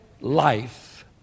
Life